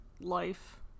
life